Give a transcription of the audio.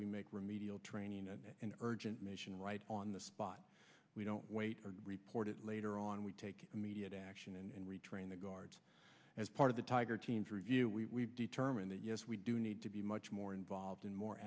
we make remedial training an urgent mission right on the spot we don't wait for report it later on we take immediate action and retrain the guard as part of the tiger teams review we determine that yes we do need to be much more involved in more